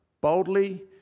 boldly